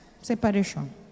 separation